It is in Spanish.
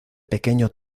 pequeño